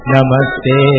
Namaste